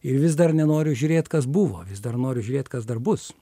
ir vis dar nenoriu žiūrėt kas buvo vis dar noriu žiūrėt kas dar bus